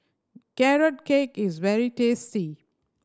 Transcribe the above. Carrot Cake is very tasty